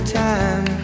time